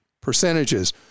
percentages